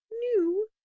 New